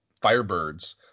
firebirds